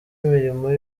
imirimo